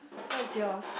what's yours